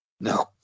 No